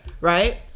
right